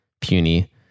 puny